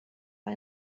war